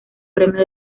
premio